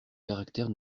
caractère